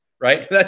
right